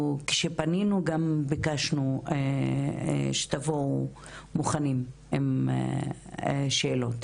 כשפנינו גם ביקשנו שתבואו מוכנים עם שאלות.